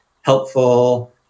helpful